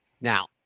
now